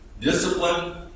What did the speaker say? discipline